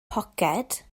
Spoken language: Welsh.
poced